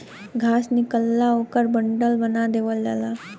घास निकलेला ओकर बंडल बना देवल जाला